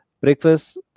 breakfast